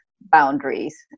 boundaries